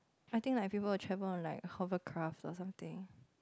I think like people will travel on like hovercraft or something